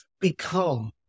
become